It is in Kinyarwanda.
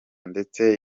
ndetse